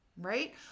right